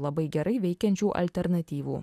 labai gerai veikiančių alternatyvų